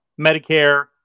Medicare